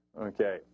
okay